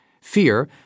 Fear